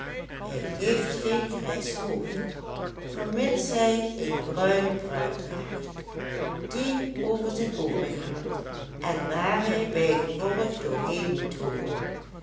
hij heeft geen grijs hoofd vermits hij een bruine pruik draagt die over zijn ooren gaat en waar hij bijgevolg door heen moet hooren